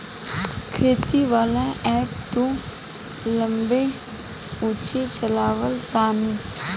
खेती वाला ऐप तू लेबऽ उहे चलावऽ तानी